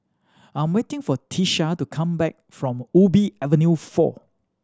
I'm waiting for Tisha to come back from Ubi Avenue Four